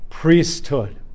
priesthood